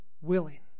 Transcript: willing